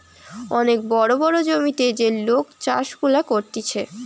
অনেক বড় বড় জমিতে যে লোক চাষ গুলা করতিছে